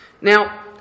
Now